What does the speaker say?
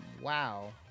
wow